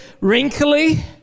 wrinkly